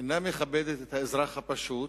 אינה מכבדת את האזרח הפשוט,